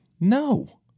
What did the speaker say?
No